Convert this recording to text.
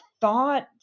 thought